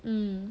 mm